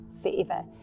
forever